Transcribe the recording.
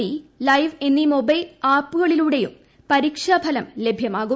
D live എന്നീ mobile ആപ്പുകളിലും പരീക്ഷാ ഫലം ലഭ്യമാകും